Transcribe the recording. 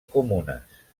comunes